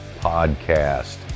podcast